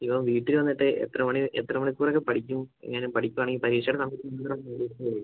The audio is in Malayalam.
ഇവൻ വീട്ടിൽ വന്നിട്ട് എത്ര മണി എത്ര മണിക്കൂറൊക്കെ പഠിക്കും എങ്ങനെ പഠിക്കുകയാണെങ്കിൽ പരീക്ഷയുടെ സമയത്ത് ഒന്ന് രണ്ട് മണിക്കൂറ്